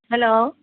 hello